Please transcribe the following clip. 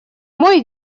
мой